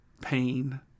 pain